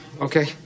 okay